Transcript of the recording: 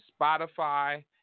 Spotify